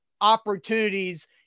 opportunities